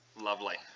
Lovely